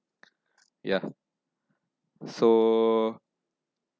ya so